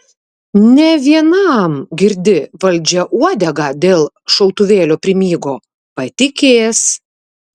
ne vienam girdi valdžia uodegą dėl šautuvėlio primygo patikės